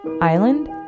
Island